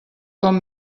com